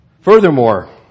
Furthermore